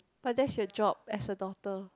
but that's your job as a doctor